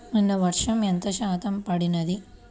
నిన్న వర్షము ఎంత శాతము పడినది?